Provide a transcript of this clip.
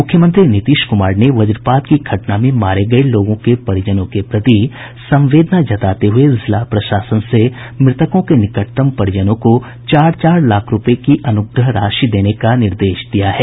मूख्यमंत्री नीतीश कुमार ने वज्रपात की घटना में मारे गये लोगों के परिजनों के प्रति संवेदना जताते हुए जिला प्रशासन से मृतकों के निकटतम परिजनों को चार चार लाख रूपये की अनुग्रह राशि देने का निर्देश दिया है